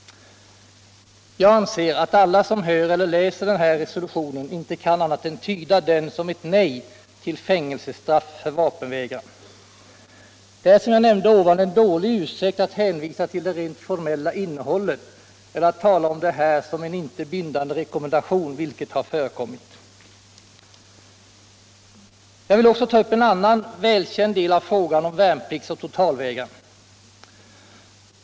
Jag anser att alla som hör eller läser den här resolutionen inte kan annat än tyda den som ett nej till fängelsestraff för vapenvägran. Det är, som jag tidigare nämnt, en dålig ursäkt att hänvisa till det rent formella innehållet eller att tala om resolutionen som en inte bindande rekommendation, vilket har förekommit. Jag vill ta upp en annan, välkänd del av frågan om värnpliktsoch totalvägran.